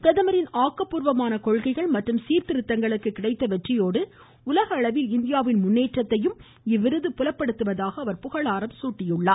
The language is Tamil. பிரதமரின் ஆக்கப்பூர்வமான கொள்கைள் மற்றும் சீர்த்திருத்தங்களுக்கு கிடைத்த வெற்றியோடு உலகளவில் இந்தியாவின் முன்னேற்றத்தையும் இவ்விருது புலப்படுத்துவதாக அவர் புகழாரம் சூட்டியுள்ளார்